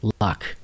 luck